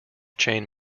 chain